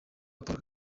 paul